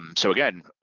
um so again,